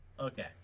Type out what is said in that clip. Okay